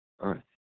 earth